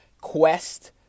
Quest